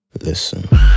Listen